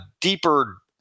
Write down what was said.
deeper –